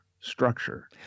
structure